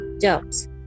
jobs